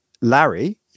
Larry